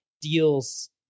deals